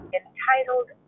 entitled